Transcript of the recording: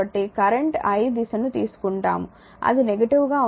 కాబట్టి current i దిశను తీసుకుంటాము అది నెగిటివ్ గా ఉంటుంది